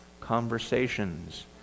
conversations